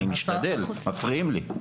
אני משתדל מפריעים לי.